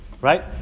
right